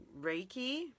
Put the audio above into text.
Reiki